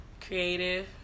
creative